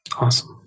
Awesome